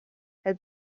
het